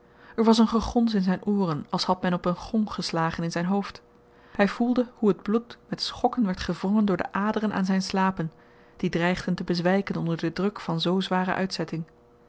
er was een gegons in zyn ooren als had men op een gong geslagen in zyn hoofd hy voelde hoe t bloed met schokken werd gewrongen door de aderen aan zyn slapen die dreigden te bezwyken onder den druk van zoo zware uitzetting